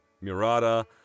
Murata